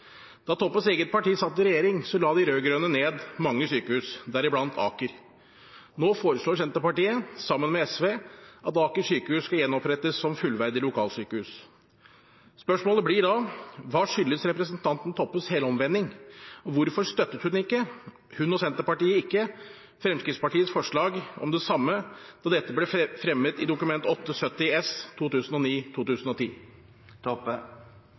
Da Toppes eget parti satt i regjering, la de rød-grønne ned mange sykehus, deriblant Aker. Nå foreslår Senterpartiet, sammen med SV, at Aker sykehus skal gjenopprettes som fullverdig lokalsykehus. Spørsmålet blir da: Hva skyldes representanten Toppes helomvending, og hvorfor støttet ikke hun og Senterpartiet Fremskrittspartiets forslag om det samme da dette ble fremmet i Dokument 8:70 S for 2009–2010? Eg får berre lyst til